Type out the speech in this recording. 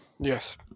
Yes